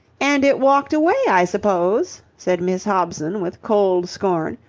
and it walked away, i suppose, said miss hobson with cold scorn,